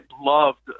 loved